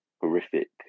horrific